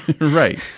right